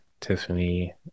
Tiffany